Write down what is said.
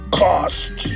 cost